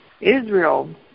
Israel